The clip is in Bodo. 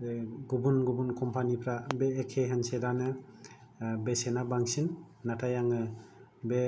गुबुन गुबुन कम्पानिफ्रा बे एखे हेन्डसेटानो बेसेना बांसिन नाथाय आङो बे